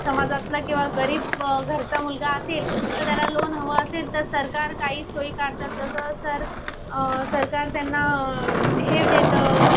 समाजातला किंवा गरीब घरचा मुलगा असेल तर त्याला लोन हवं असेल तर सरकार काही सोयी काढतात जसं सर सरकार त्यांना हे देतं